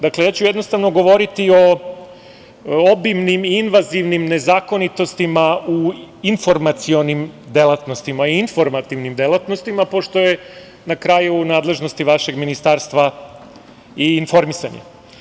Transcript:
Dakle, jednostavno ću govoriti o obimnim i invazivnim nezakonitostima u informacionim delatnostima i informativnim delatnostima, pošto je na kraju u nadležnosti vašeg ministarstva i informisanje.